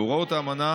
בהוראות האמנה